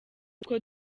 utwo